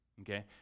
okay